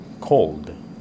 cold